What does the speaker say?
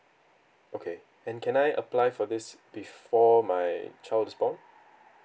okay and can I apply for this before my child is born